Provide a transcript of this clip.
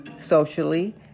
Socially